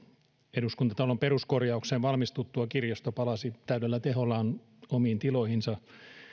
eduskuntatalon peruskorjauksen valmistuttua kirjasto palasi täydellä tehollaan omiin tiloihinsa